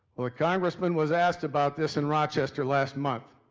well, the congressman was asked about this in rochester last month.